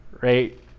right